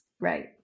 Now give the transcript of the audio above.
Right